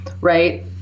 Right